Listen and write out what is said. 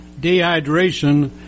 dehydration